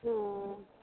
ᱦᱮᱸ